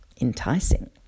enticing